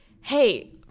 hey